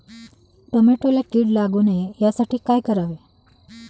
टोमॅटोला कीड लागू नये यासाठी काय करावे?